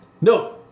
No